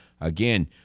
Again